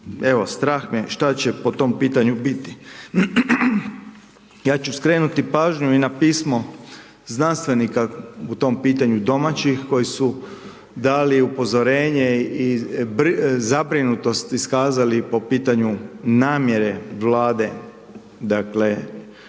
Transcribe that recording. evo, strah me šta će po tom pitanju biti. Ja ću skrenuti pažnju i na pismo znanstvenika u tom pitanju, domaćih, koji su dali upozorenje i zabrinutost iskazali po pitanju namjere Vlade, dakle